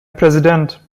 präsident